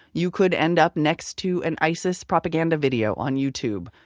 you could end up next to an isis propaganda video on youtube,